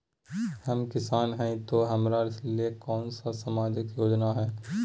हम किसान हई तो हमरा ले कोन सा सामाजिक योजना है?